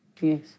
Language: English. yes